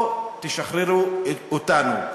או שתשחררו אותנו.